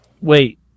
Wait